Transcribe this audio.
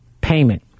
payment